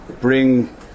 bring